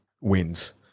wins